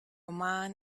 man